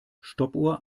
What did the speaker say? stoppuhr